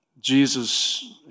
Jesus